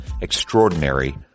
extraordinary